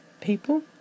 people